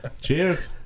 Cheers